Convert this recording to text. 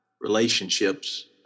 relationships